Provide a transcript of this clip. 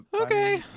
Okay